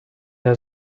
der